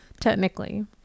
technically